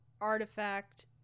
artifact